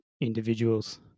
individuals